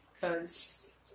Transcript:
Cause